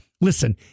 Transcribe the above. Listen